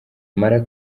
bamara